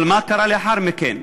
אבל מה קרה לאחר מכן?